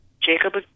Jacob